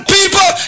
people